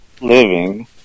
living